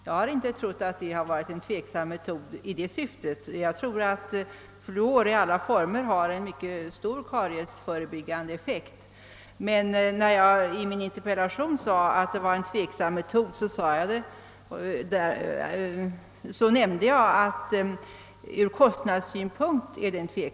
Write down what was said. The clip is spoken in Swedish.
Jag tror inte att det är en tveksam metod då det gäller det syftet utan tror tvärtom att fluor i alla former har en mycket stor kariesförebyggande effekt. När jag i min interpellation talade om en tveksam metod sade jag att detta gällde från kostnadssynpunkt.